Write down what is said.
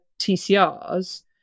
TCRs